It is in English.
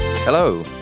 Hello